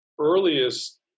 earliest